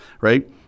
right